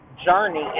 journey